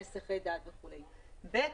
אין היסחי דעת וכו'; ב',